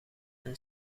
een